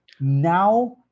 Now